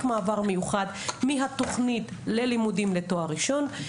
מעבר מיוחד מהתוכנית ללימודים לתואר ראשון.